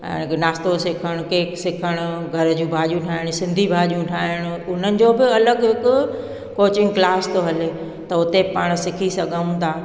ऐं अॻु नास्तो सिखणु केक सिखण घर जूं भाॼियूं ठाहिणी सिंधी भाॼियूं ठाहिणु उन्हनि जो बि अलॻि हिकु कोचिंग क्लास थो हले त हुते पाण सिखी सघूं था